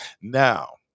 Now